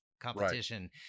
competition